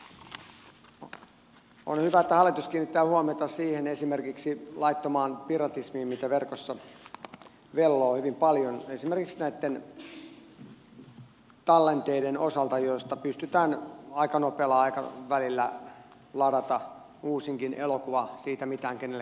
on hyvä että hallitus kiinnittää huomiota esimerkiksi laittomaan piratismiin mitä verkossa velloo hyvin paljon esimerkiksi näitten tallenteiden osalta joista pystytään aika nopealla aikavälillä lataamaan uusinkin elokuva siitä mitään kenellekään maksamatta